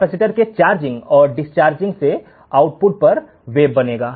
capacitor के charging और discharging से आउटपुट पर वेव बनेगी